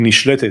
היא נשלטת,